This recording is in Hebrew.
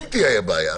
אם תהיה בעיה.